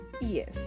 Yes